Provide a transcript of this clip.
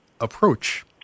approach